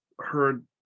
heard